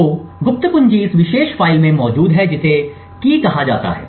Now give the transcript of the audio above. तो गुप्त कुंजी इस विशेष फ़ाइल में मौजूद है जिसे कुंजी कहा जाता है